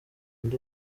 ndi